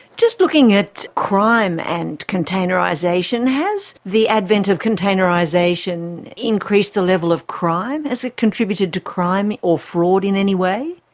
just looking at crime and containerisation, has the advent of containerisation increased the level of crime? has it contributed to crime or fraud in any way?